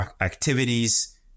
activities